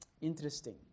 interesting